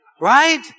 right